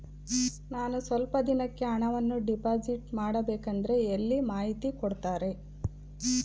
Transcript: ನಾನು ಸ್ವಲ್ಪ ದಿನಕ್ಕೆ ಹಣವನ್ನು ಡಿಪಾಸಿಟ್ ಮಾಡಬೇಕಂದ್ರೆ ಎಲ್ಲಿ ಮಾಹಿತಿ ಕೊಡ್ತಾರೆ?